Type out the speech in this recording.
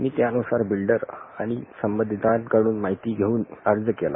मी त्या नूसार बिल्डर आणि संबधिताकडून माहिती घेऊन अर्ज केला